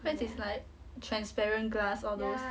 then is like transparent glass all those